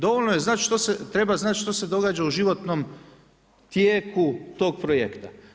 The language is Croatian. Dovoljno je znati, treba znati što se događa u životnom tijeku tog projekta.